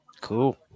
Cool